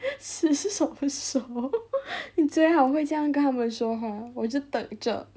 你最好会这样跟他们说话我就等着